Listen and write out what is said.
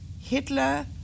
Hitler